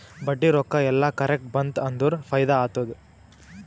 ಬಡ್ಡಿ ರೊಕ್ಕಾ ಎಲ್ಲಾ ಕರೆಕ್ಟ್ ಬಂತ್ ಅಂದುರ್ ಫೈದಾ ಆತ್ತುದ್